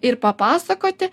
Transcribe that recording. ir papasakoti